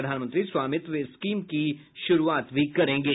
प्रधानमंत्री स्वामित्व स्कीम की शुरूआत भी करेंगे